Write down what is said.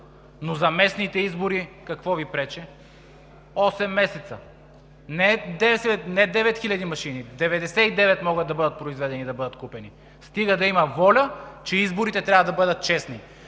но за местните избори какво Ви пречи – осем месеца? Не 9000 машини, 99 000 машини могат да бъдат произведени и да бъдат купени, стига да има воля, че изборите трябва да бъдат честни.